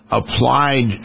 applied